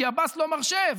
כי עבאס לא מרשה,